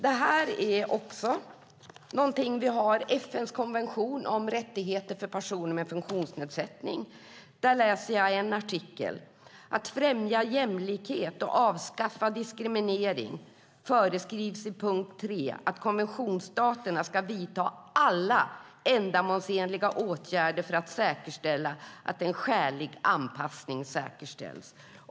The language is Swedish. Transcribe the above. Ur FN:s konvention om rättigheter för personer med funktionsnedsättning läser jag en artikel: För att främja jämlikhet och avskaffa diskriminering föreskrivs i punkt 3 att konventionsstaterna ska vidta alla ändamålsenliga åtgärder för att säkerställa att en skälig anpassning säkerställs.